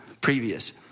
previous